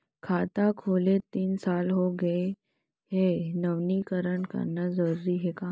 खाता खुले तीन साल हो गया गये हे नवीनीकरण कराना जरूरी हे का?